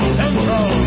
central